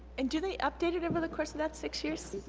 and do they update it over the course of that six years?